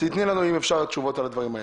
תני לנו אם אפשר תשובות לדברים האלה.